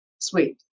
Sweet